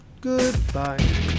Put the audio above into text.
Goodbye